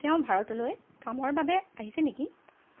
তেওঁ ভাৰতলৈ কামৰ বাবে আহিছে নেকি